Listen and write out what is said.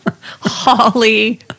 Holly